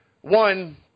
one